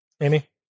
Amy